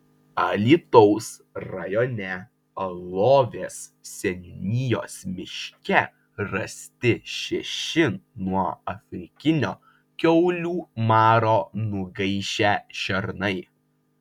alytaus rajone alovės seniūnijos miške rasti šeši nuo afrikinio kiaulių maro nugaišę šernai